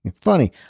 funny